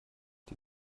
die